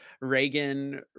Reagan